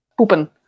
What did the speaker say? Poepen